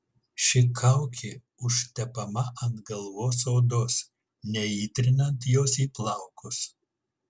ši kaukė užtepama ant galvos odos neįtrinant jos į plaukus